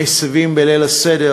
מסבים בליל-הסדר,